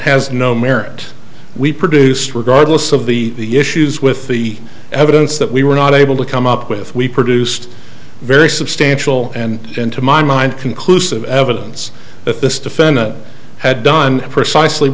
has no merit we produced regardless of the issues with the evidence that we were not able to come up with we produced a very substantial and into my mind conclusive evidence that this defendant had done precisely